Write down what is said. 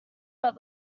but